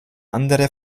andere